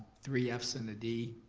three fs and a d